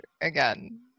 again